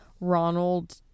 ronald